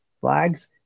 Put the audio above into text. flags